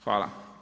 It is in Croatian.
Hvala.